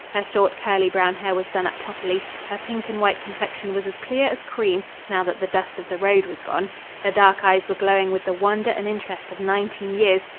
her short curly brown hair was done up properly her pink and white complexion was as clear as cream, now that the dust of the road was gone her dark eyes were glowing with the wonder and interest of nineteen years,